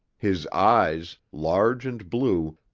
his eyes, large and blue,